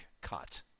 cut